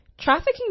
trafficking